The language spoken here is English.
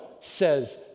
says